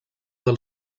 del